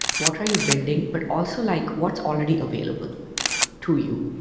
what are you building? but also like what's already available to you?